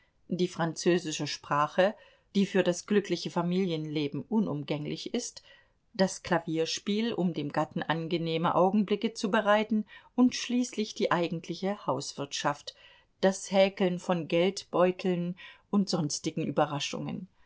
die französische sprache die für das glückliche familienleben unumgänglich ist das klavierspiel um dem gatten angenehme augenblicke zu bereiten und schließlich die eigentliche hauswirtschaft das häkeln von geldbeuteln und sonstigen überraschungen